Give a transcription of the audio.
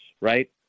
right